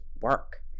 work